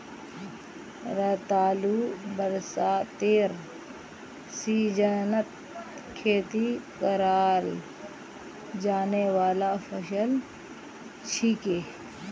रतालू बरसातेर सीजनत खेती कराल जाने वाला फसल छिके